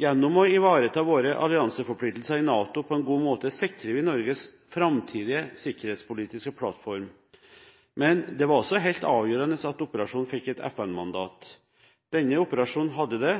Gjennom å ivareta våre allianseforpliktelser i NATO på en god måte sikrer vi Norges framtidige sikkerhetspolitiske plattform. Men det var også helt avgjørende at operasjonen fikk et FN-mandat. Denne operasjonen hadde det.